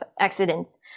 accidents